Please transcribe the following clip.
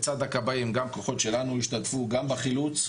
לצד הכבאים גם כוחות שלנו השתתפו גם בחילוץ,